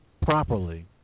properly